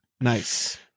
Nice